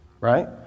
Right